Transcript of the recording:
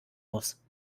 muss